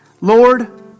Lord